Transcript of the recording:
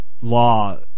law